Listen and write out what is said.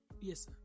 yes